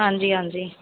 ਹਾਂਜੀ ਹਾਂਜੀ